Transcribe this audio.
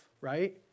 right